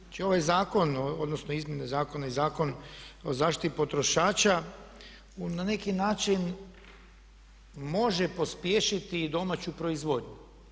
Znači ovaj zakon, odnosno izmjene zakona i Zakon o zaštiti potrošača na neki način može pospješiti i domaću proizvodnju.